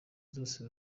zose